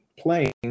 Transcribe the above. playing